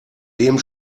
dem